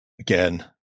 again